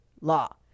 law